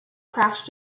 crash